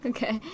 Okay